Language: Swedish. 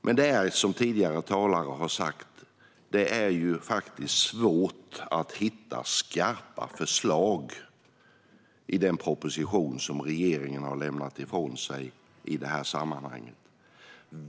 Men det är som tidigare talare har sagt svårt att hitta skarpa förslag i den proposition som regeringen har lämnat ifrån sig i det här sammanhanget.